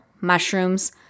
mushrooms